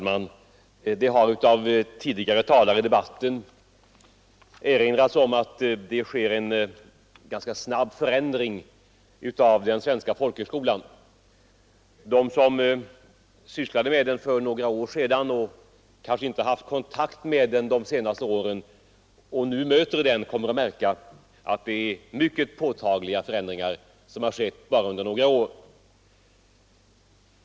Herr talman! Tidigare talare i debatten har erinrat om att det sker en snabb förändring av den svenska folkhögskolan. De som sysslat med den tidigare men kanske inte haft kontakt med den på senare tid och nu möter den kommer att märka att det är mycket påtagliga förändringar som har inträffat bara under några år.